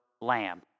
lamb